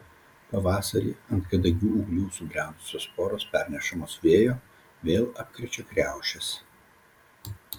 pavasarį ant kadagių ūglių subrendusios sporos pernešamos vėjo vėl apkrečia kriaušes